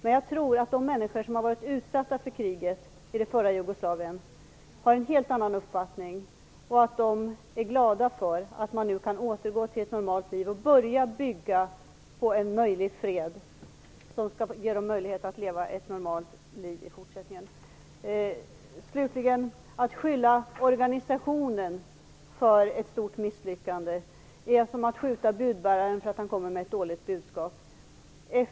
Men jag tror att de människor som har varit utsatta för kriget i f.d. Jugoslavien har en helt annan uppfattning. De är glada för att de nu kan börja bygga på en fred som skall ge dem möjlighet att leva ett normalt liv i fortsättningen. Att skylla organisationen för ett stort misslyckande är som att skjuta budbäraren för att han kommer med ett dåligt budskap.